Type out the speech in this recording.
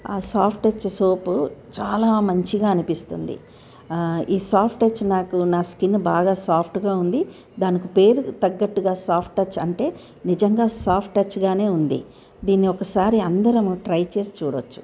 ఆ soft touch soap చాలా మంచిగా అనిపిస్తుంది ఈ సాఫ్ట్ టచ్ నాకు నా స్కిన్ బాగా సాఫ్ట్గా ఉండి దానికి పేరుకి తగ్గట్టుగా సాఫ్ట్ టచ్ అంటే నిజంగా సాఫ్ట్ టచ్గానే ఉంది దీన్నీ ఒకసారి అందరము ట్రై చేసి చూడచ్చు